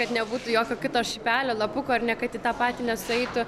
kad nebūtų jokio kito šipelio lapuko ar ne kad į tą patį nesueitų